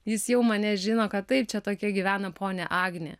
jis jau mane žino kad taip čia tokia gyvena ponia agnė